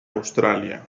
australia